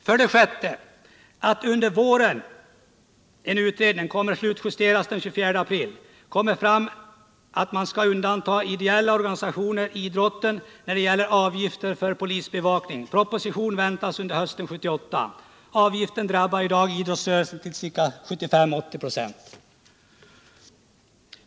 För det sjätte kommer under våren en utredning — den slutjusteras den 24 april — fram om att ideella organisationer, dit hör idrotten, skall undantas när det gäller avgifter för polisbevakning. Proposition väntas till hösten 1978. Avgifterna drabbar i dag idrottsrörelsen till ca 75-80 96.